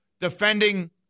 defending